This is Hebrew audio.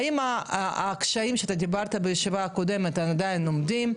האם הקשיים שאתה דיברת עליהם בישיבה הקודמת עדיין עומדים,